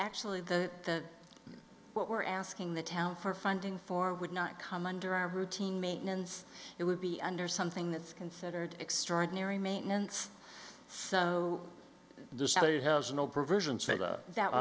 actually the what we're asking the town for funding for would not come under our hood team maintenance it would be under something that's considered extraordinary maintenance so th